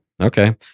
okay